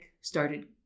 started